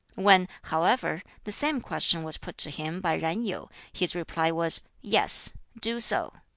when, however, the same question was put to him by yen yu, his reply was, yes do so.